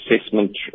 assessment